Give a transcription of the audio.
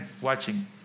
watching